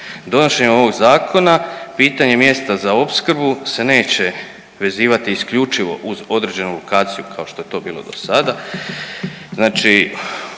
Donošenjem ovog zakona pitanje mjesta za opskrbu se neće vezivati isključivo uz određenu lokaciju kao što je to bilo dosada,